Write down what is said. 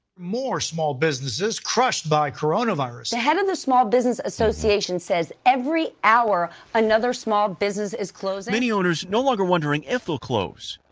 more small businesses crushed by coronavirus. the head of the small business association says every hour another small business is closing. many owners no longer wondering if they'll close,